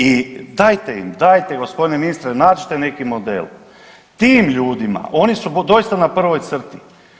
I dajte im, dajte g. ministre, nađite neki model tim ljudima, oni su doista na prvoj crti.